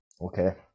Okay